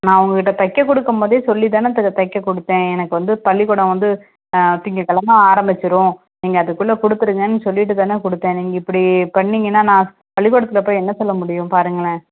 நான் உங்கள்கிட்ட தைக்க கொடுக்கும் போதே சொல்லி தானே டெய்லர் தைக்க கொடுத்தேன் எனக்கு வந்து பள்ளிக்கூடம் வந்து திங்ககிலம ஆரம்பிச்சிரும் நீங்கள் அதுக்குள்ளே கொடுத்துருங்கன்னு சொல்லிவிட்டு தான கொடுத்தேன் நீங்கள் இப்படி பண்ணிங்கன்னா நான் பள்ளிக்கூடத்தில் போய் என்ன சொல்ல முடியும் பாருங்களேன்